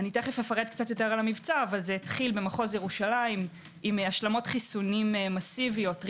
המבצע התחיל במחוז ירושלים עם השלמות חיסונים מסיביות,